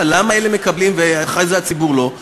למה אלה מקבלים ואחרי זה הציבור לא?